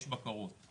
יש בקרות.